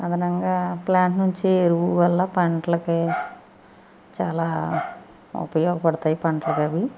అదనంగా ప్లాంట్ నుంచి ఎరువు వల్ల పంటలకి చాలా ఉపయోగపడతాయి పంటలకీ అవి